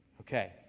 Okay